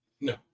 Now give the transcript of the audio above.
No